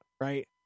right